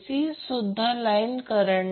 तर ते P2 20812 cosine 30 o 36